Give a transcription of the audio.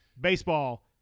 Baseball